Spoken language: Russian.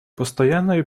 постоянное